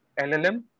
LLM